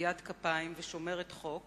נקיית כפיים ושומרת חוק,